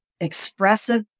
expressive